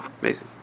Amazing